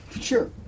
Sure